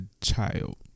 child